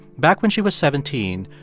back when she was seventeen,